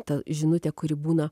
ta žinutė kuri būna